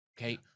Okay